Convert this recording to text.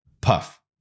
puff